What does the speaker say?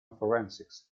forensics